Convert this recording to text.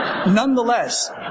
Nonetheless